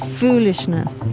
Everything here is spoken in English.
foolishness